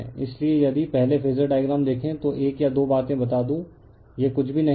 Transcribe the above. इसलिए यदि पहले फेजर डायग्राम देखें तो एक या दो बातें बता दूं यह कुछ भी नहीं है